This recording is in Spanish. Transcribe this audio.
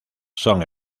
son